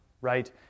right